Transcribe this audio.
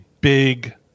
big